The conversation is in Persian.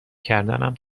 کردنم